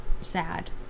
sad